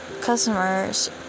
customers